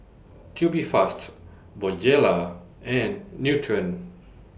Tubifast Bonjela and Nutren